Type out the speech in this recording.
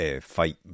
fight